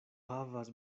havas